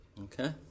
Okay